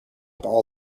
all